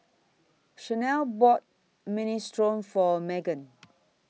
Shanelle bought Minestrone For Meggan